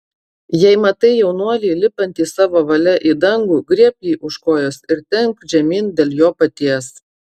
jei matai jaunuolį lipantį savo valia į dangų griebk jį už kojos ir temk žemyn dėl jo paties